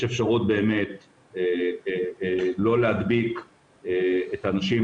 יש אפשרות לא להדביק את האנשים